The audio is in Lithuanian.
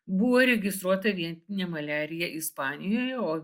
buvo registruota vietinė maliarija ispanijoje o